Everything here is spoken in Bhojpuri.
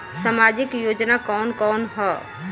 सामाजिक योजना कवन कवन ह?